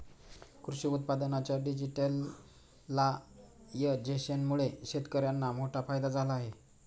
कृषी उत्पादनांच्या डिजिटलायझेशनमुळे शेतकर्यांना मोठा फायदा झाला आहे